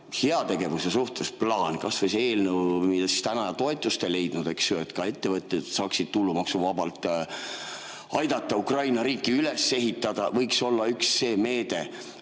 heategevuse suhtes plaan. Kas või see eelnõu, mis täna toetust ei leidnud, eks ju, et ka ettevõtted saaksid tulumaksuvabalt aidata Ukraina riiki üles ehitada, võiks olla üks see meede.